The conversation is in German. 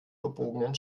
verbogenen